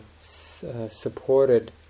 supported